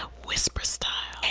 ah whisper style.